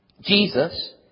Jesus